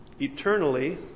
eternally